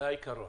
זה העיקרון.